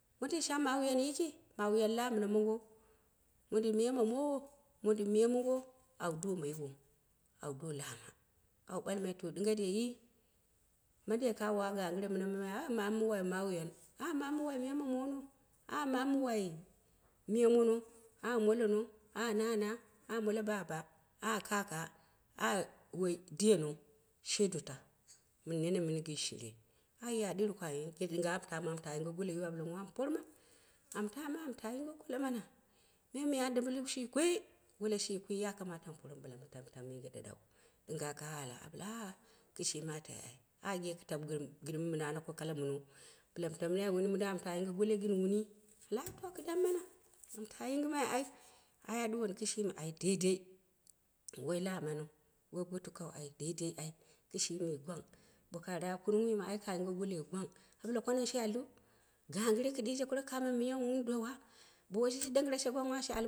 Mondin shang, mawiyan laa mina mongo, mondin miya ma mowo, mondin miya mongo nawu doma yiwo, awu do laama awu ɓalma to dinga dai, mandai ka wa ganggɨre mamai? Ah mamu mu wai mawiyan, mamu mu wai miya ma mono. Al mamu mu wai, miya mono, ah molono, ah nan- ah molo baba, a kaka. Ah woo diyeno she dota mɨn nene mɨn gɨn shire, ayya dɨru ka ye ge ɗinga wa mɨ tama mɨ tamu yinge gobiyiru. A ɓale oh anni porma, amu tama, amu ta yinge golo ma na me mɨ ya dimbɨl shi kwii golo nshi kwi ya kamata amu poma bɨla mu tamu yinge ɗaɗau, dinge ka alle? A ɓale ah kishimi a tai ai. Ah ge kɨ taku gɨn mɨ ana ka ko kala mono, bɨla ka ka taku bɨla mu tamu gɨn gin wun oh ku taku mana ma ta yingimai ai. Ah a ɗuwoni kishi ai dai dai. Woi lawanace, woi bo kulau ai daidai ai kishi gwang ka raap, kununghi ma ka gobi gwang. A bale kwari shi alduu? Ganggɨre kiddije shi al kara miya mɨ wun dowa? Bo wi shiji dangɨrasha gwangha ma wa shi almaiu.